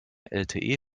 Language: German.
lte